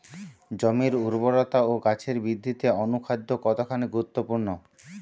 জমির উর্বরতা ও গাছের বৃদ্ধিতে অনুখাদ্য কতখানি গুরুত্বপূর্ণ?